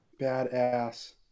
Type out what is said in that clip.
Badass